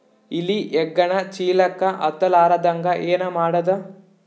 ಇಲಿ ಹೆಗ್ಗಣ ಚೀಲಕ್ಕ ಹತ್ತ ಲಾರದಂಗ ಏನ ಮಾಡದ?